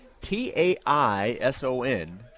T-A-I-S-O-N